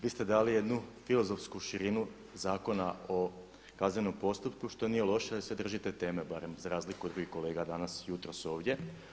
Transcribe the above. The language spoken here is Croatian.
Vi ste dali jednu filozofsku širinu Zakona o kaznenom postupku što nije loše jer se držite teme barem za razliku od drugih kolega danas, jutros ovdje.